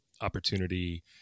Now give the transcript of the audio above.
opportunity